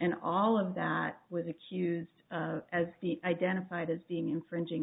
and all of that with the accused as the identified as being infringing